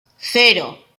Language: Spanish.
cero